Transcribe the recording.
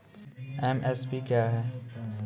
MSP क्या है?